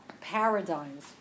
paradigms